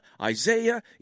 Isaiah